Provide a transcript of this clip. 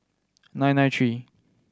nine nine three